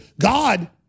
God